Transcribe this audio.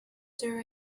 there